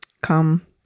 come